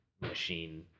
machine